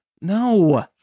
No